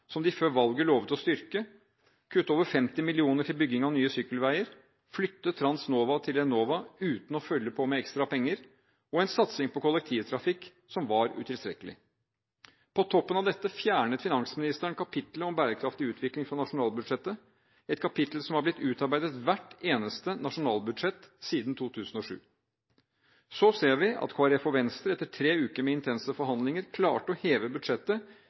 som de før valget lovet å styrke å kutte over 50 mill. kr til bygging av nye sykkelveier å flytte Transnova til Enova uten å følge på med ekstra penger en satsing på kollektivtrafikk som var utilstrekkelig På toppen av dette fjernet finansministeren kapittelet om bærekraftig utvikling fra nasjonalbudsjettet, et kapittel som har blitt utarbeidet til hvert eneste nasjonalbudsjett siden 2007. Så ser vi at Kristelig Folkeparti og Venstre, etter tre uker med intense forhandlinger, klarte å heve budsjettet